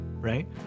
right